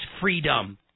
freedom